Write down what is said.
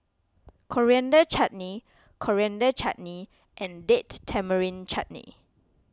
Coriander Chutney Coriander Chutney and Date Tamarind Chutney